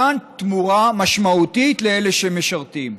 מתן תמורה משמעותית לאלה שמשרתים.